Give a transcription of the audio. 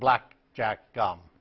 black jack gum